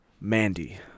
mandy